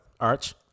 Arch